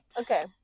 Okay